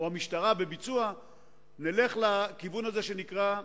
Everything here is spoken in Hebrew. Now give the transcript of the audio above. או המשטרה בביצוע נלך לכיוון הזה שנקרא שב"כ.